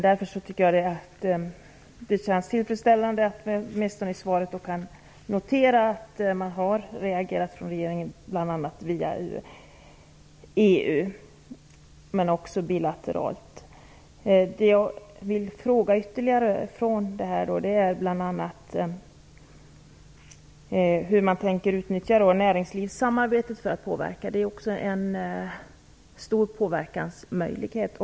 Jag tycker därför att det känns tillfredsställande att det i svaret åtminstone noteras att man har reagerat från regeringens sida bl.a. via EU men också bilateralt. Jag vill ytterligare fråga bl.a. hur man tänker utnyttja näringslivssamarbetet för att påverka. Det är också en stor påverkansmöjlighet.